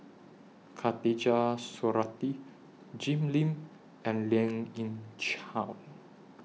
Khatijah Surattee Jim Lim and Lien Ying Chow